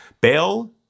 Bail